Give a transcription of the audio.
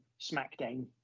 Smackdown